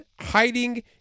hiding